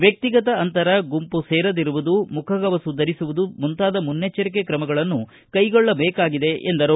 ವ್ಯಕ್ತಿಗತ ಅಂತರ ಗುಂಮ ಸೇರದಿರುವುದು ಮುಖಗವಸು ಧರಿಸುವುದು ಮುಂತಾದ ಮುನ್ನೆಚ್ಚರಿಕೆ ಕ್ರಮಗಳನ್ನು ಕೈಗೊಳ್ಳಬೇಕಾಗಿದೆ ಎಂದರು